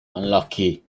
unlucky